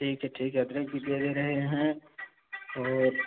ठीक है ठीक है अदरक भी दे रहे हैं और